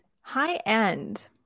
High-end